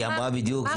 היא אמרה בדיוק,